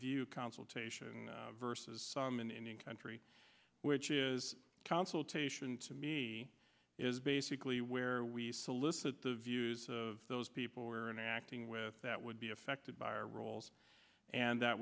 view consultation versus some in indian country which is consultation to me is basically where we solicit the views of those people were interacting with that would be affected by our roles and that